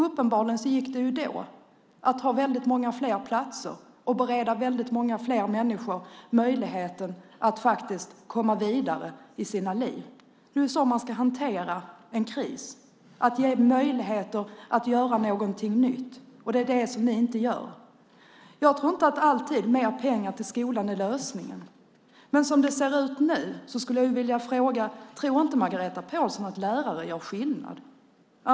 Uppenbarligen gick det då att ha väldigt många fler platser och bereda väldigt många fler människor möjligheten att faktiskt komma vidare i sina liv. Det är så man ska hantera en kris, nämligen att ge möjligheter att göra någonting nytt. Det är det som ni inte gör. Jag tror inte att mer pengar till skolan alltid är lösningen. Men som det ser ut nu skulle jag vilja fråga: Tror inte Margareta Pålsson att lärare gör skillnad?